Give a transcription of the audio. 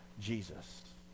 Jesus